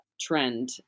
trend